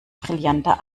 brillanter